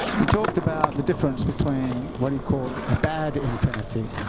he talked about the difference between what he called a bad infinity